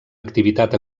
activitat